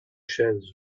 chaises